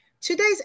Today's